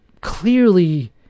clearly